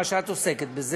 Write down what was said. מה שאת עוסקת בו,